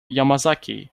yamazaki